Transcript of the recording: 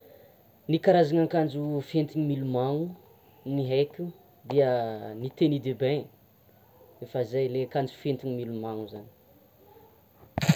Ny karazana akanjo fentina milomano ny haiko dia le tenue de bain e! efa zay akanjo fentina milomano zany.